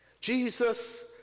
Jesus